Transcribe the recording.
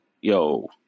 yo